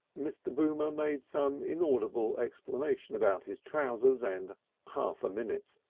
mr. boomer made some inaudible explanation about his trousers and half a minute.